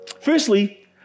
Firstly